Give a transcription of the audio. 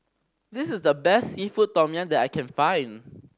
this is the best seafood tom yum that I can find